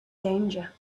danger